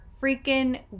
freaking